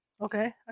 Okay